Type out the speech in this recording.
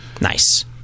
Nice